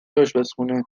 اشپزخونه